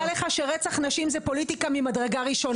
לך שרצח נשים זה פוליטיקה ממדרגה ראשונה.